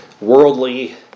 worldly